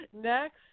next